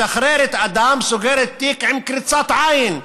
משחררת אדם, סוגרת תיק עם קריצת עין: